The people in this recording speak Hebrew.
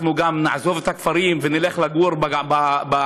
אנחנו גם נעזוב את הכפרים ונלך לגור בערים,